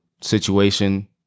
situation